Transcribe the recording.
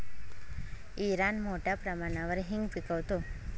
Iran मोठ्या प्रमाणावर हिंग पिकवतो